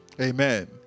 Amen